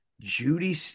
Judy